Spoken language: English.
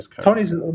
Tony's